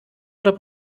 oder